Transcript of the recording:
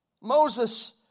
Moses